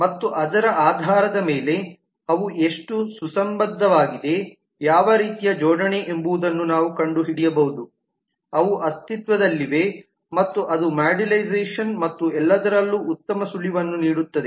ಮತ್ತು ಅದರ ಆಧಾರದ ಮೇಲೆ ಅವು ಎಷ್ಟು ಸುಸಂಬದ್ಧವಾಗಿವೆ ಯಾವ ರೀತಿಯ ಜೋಡಣೆ ಎಂಬುದನ್ನು ನಾವು ಕಂಡುಹಿಡಿಯಬಹುದು ಅವು ಅಸ್ತಿತ್ವದಲ್ಲಿವೆ ಮತ್ತು ಅದು ಮಾಡ್ಯುಲರೈಸೇಶನ್ ಮತ್ತು ಎಲ್ಲದರಲ್ಲೂ ಉತ್ತಮ ಸುಳಿವನ್ನು ನೀಡುತ್ತದೆ